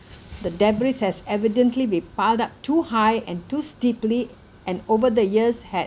the debris has evidently be piled up too high and too steeply and over the years had